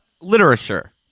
literature